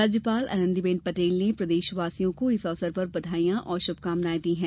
राज्यपाल आनंदीबेन पटेल ने प्रदेशवासियों को इस अवसर पर बधाई और शुभकामनाएँ दी हैं